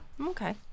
okay